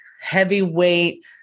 heavyweight